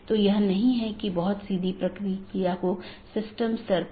तो यह एक तरह की नीति प्रकारों में से हो सकता है